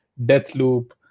Deathloop